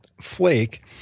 Flake